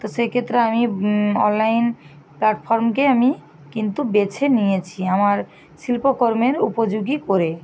তো সেক্ষেত্রে আমি অনলাইন প্ল্যাটফর্মকে আমি কিন্তু বেছে নিয়েছি আমার শিল্পকর্মের উপযোগী করে